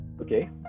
Okay